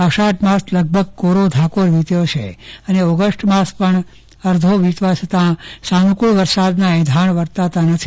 અષાઢ માસ લગભગ કોરો ધાકોર વિત્ય છે અને ઓગષ્ટ માસ પણ અડધોવીતવા છતા સાનુકુળ વરસાદના એંધાણ વર્તાતા નથી